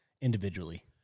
individually